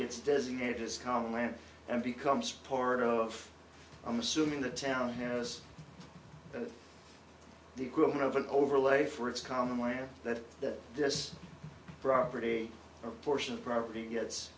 gets designated as common land and becomes part of i'm assuming the town here is the equivalent of an overlay for it's common where that this property or a portion of property gets